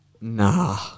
Nah